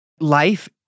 life